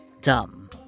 Dumb